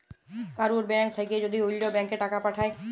কারুর ব্যাঙ্ক থাক্যে যদি ওল্য ব্যাংকে টাকা পাঠায়